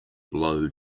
blow